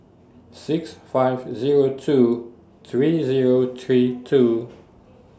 six five Zero two three Zero three two